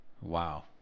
Wow